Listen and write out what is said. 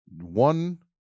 One